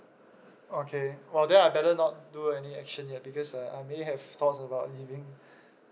okay !wow! then I better not do any action yet because uh I maybe have thoughts about leaving